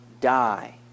die